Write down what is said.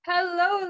Hello